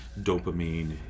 dopamine